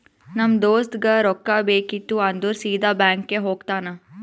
ನಮ್ ದೋಸ್ತಗ್ ರೊಕ್ಕಾ ಬೇಕಿತ್ತು ಅಂದುರ್ ಸೀದಾ ಬ್ಯಾಂಕ್ಗೆ ಹೋಗ್ತಾನ